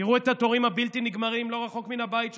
תראו את התורים הבלתי-נגמרים לא רחוק מן הבית שלך.